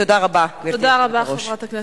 תודה רבה, גברתי היושבת-ראש.